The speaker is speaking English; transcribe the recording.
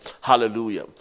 hallelujah